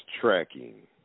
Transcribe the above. tracking